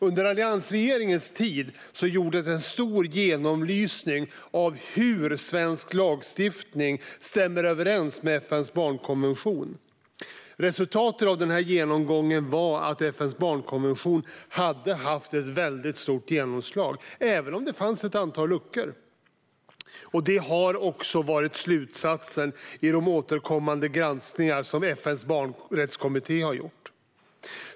Under alliansregeringen tid gjordes en stor genomlysning av hur svensk lagstiftning stämmer överens med FN:s barnkonvention. Resultatet av genomgången visade att barnkonventionen hade haft ett väldigt stort genomslag, även om det fanns ett antal luckor. Detta har också varit slutsatsen i de återkommande granskningar som FN:s barnrättskommitté har gjort.